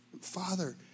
Father